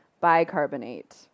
bicarbonate